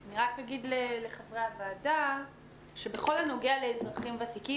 אני רק אגיד לחברי הוועדה שבכל הנוגע לאזרחים ותיקים,